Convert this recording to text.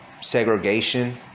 segregation